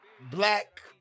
black